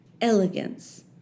elegance